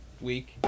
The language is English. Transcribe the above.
week